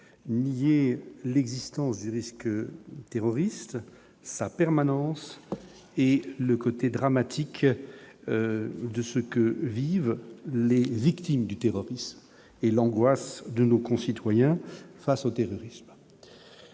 ici l'existence du risque terroriste sa permanence et le côté dramatique de ce que vivent les victimes du terrorisme, et l'angoisse de nos concitoyens face au terrorisme.